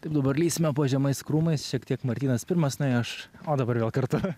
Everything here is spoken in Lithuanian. taip dabar lįsime po žemais krūmais šiek tiek martynas pirmas nuėjo aš o dabar vėl kartu